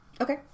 Okay